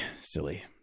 Silly